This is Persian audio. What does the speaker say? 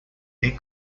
این